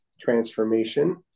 transformation